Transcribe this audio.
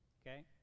Okay